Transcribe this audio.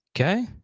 okay